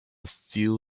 few